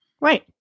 Right